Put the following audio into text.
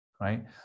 right